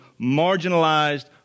marginalized